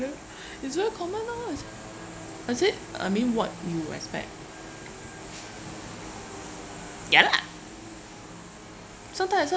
is very common orh is I said I mean what you expect ya lah some time I say